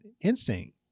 instinct